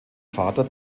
vater